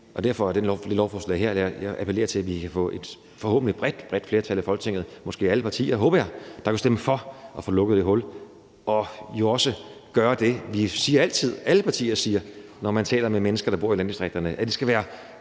Jeg appellerer til, at vi kan få et forhåbentlig bredt, bredt flertal i Folketinget – måske alle partier, det håber jeg – til at stemme for at få lukket det hul og dermed jo også gøre det, som alle partier siger, når de taler om mennesker, som bor i landdistrikterne, nemlig at det skal være